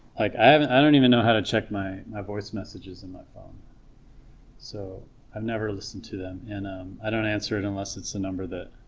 like i haven't, i don't even know how to check my my voice messages in my phone so i've never listened to them and um i don't answer it unless it's the number